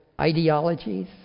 ideologies